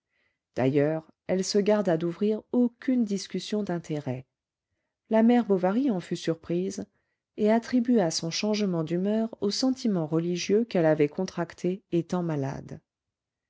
d'ailleurs elle se garda d'ouvrir aucune discussion d'intérêt la mère bovary en fut surprise et attribua son changement d'humeur aux sentiments religieux qu'elle avait contractés étant malade